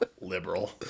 Liberal